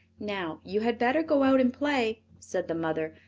now you had better go out and play, said the mother.